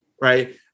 right